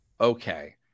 Okay